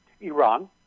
Iran